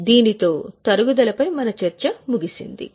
కాబట్టి దీనితో తరుగుదలపై మన చర్చ ముగిసింది